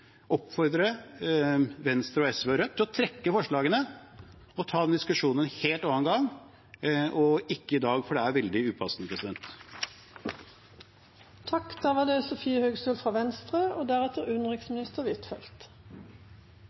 oppfordre Venstre og SV til å trekke forslagene og ta den diskusjonen en helt annen gang og ikke i dag, for det er veldig upassende. Jeg ønsker å begynne innlegget mitt med å takke utenriks- og